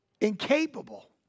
incapable